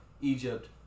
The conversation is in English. Egypt